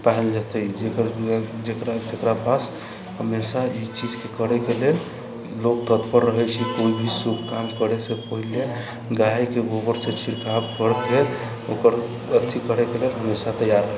पायल जेतै जेकरा पास हमेशा ई चीजके करैके लेल लोक तत्पर रहैत छै कोइ भी शुभ काम करैसँ पहिले गायके गोबरसँ छिड़काव करि देत ओकर अथि करैके लेल हमेशा तैयार